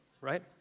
right